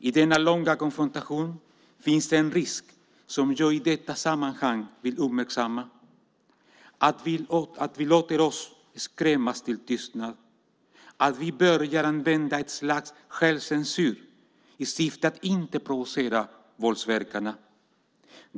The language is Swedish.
I denna långa konfrontation finns det en risk som jag i detta sammanhang vill uppmärksamma: att vi låter oss skrämmas till tystnad, att vi börjar använda ett slags självcensur i syfte att inte provocera våldsverkarna.